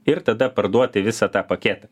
ir tada parduoti visą tą paketą